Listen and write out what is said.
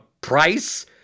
price